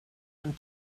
and